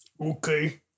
Okay